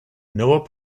noah